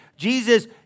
Jesus